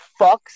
fucks